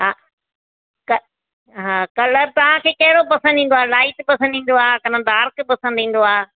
हा क हा कलर तव्हांखे कहिड़ो पसंदि ईंदो आहे लाइट पसंदि ईंदो आहे की न डार्क पसंदि ईंदो आहे